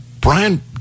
Brian